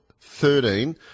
thirteen